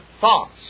thoughts